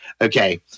okay